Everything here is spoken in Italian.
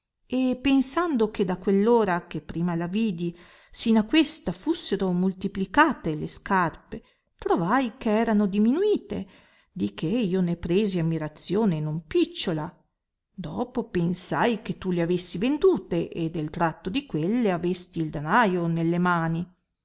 e pensando che da quell ora che prima la vidi sin a questa fussero multiplicate le scarpe trovai che erano diminuite di che io ne presi ammirazione non picciola dopo pensai che tu le avessi vendute e del tratto di quelle avesti il danaio nelle mani